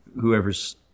whoever's